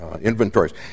inventories